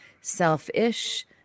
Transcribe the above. selfish